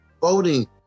voting